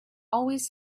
always